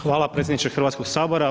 Hvala predsjedniče Hrvatskog sabora.